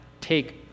take